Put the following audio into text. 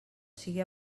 sigui